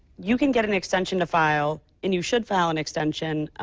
you can get an extension to file and you should file an extension,